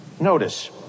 Notice